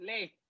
late